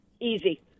easy